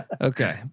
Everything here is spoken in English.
Okay